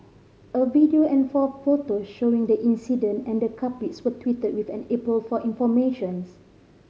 a video and four photos showing the incident and the culprits were tweeted with an appeal for information